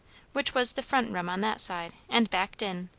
which was the front room on that side, and backed in,